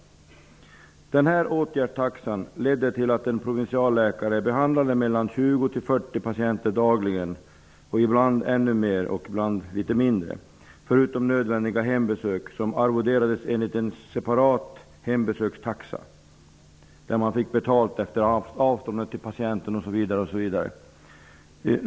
Denna åtgärdstaxa ledde till att en provinsialläkare behandlade mellan 20 och 40 patienter dagligen -- ibland ännu fler, ibland något färre -- förutom nödvändiga hembesök, som arvoderades enligt en separat hembesökstaxa, där betalningen varierade efter avståndet till patienten osv.